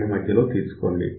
2 మధ్యలో తీసుకోండి